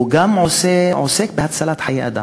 הוא גם עוסק בהצלת חיי אדם.